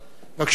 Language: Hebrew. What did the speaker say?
בבקשה, אדוני.